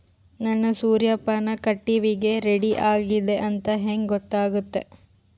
ನನ್ನ ಸೂರ್ಯಪಾನ ಕಟಾವಿಗೆ ರೆಡಿ ಆಗೇದ ಅಂತ ಹೆಂಗ ಗೊತ್ತಾಗುತ್ತೆ?